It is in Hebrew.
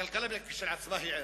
הכלכלה כשלעצמה היא ערך.